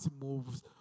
moves